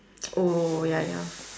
oh ya ya